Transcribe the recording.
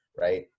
right